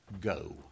go